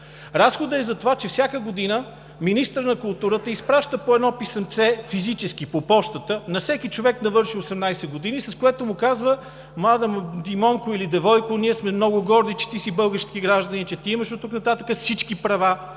Разходът е за това, че всяка година министърът на културата изпраща по едно писъмце, физически по пощата, на всеки човек, навършил 18 години, с което му казва: „Млади момко или девойко, ние сме много горди, че ти си български гражданин, че ти имаш оттук нататък всички права